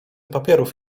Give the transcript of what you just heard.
papierów